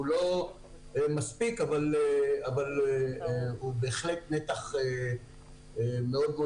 הוא לא מספיק אבל הוא בהחלט נתח מאוד מאוד